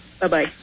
Bye-bye